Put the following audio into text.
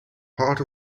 part